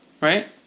Right